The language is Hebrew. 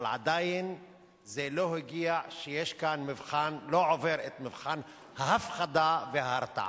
אבל עדיין זה לא עובר את מבחן ההפחדה וההרתעה.